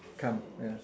come ya